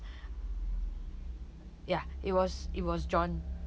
ya it was it was john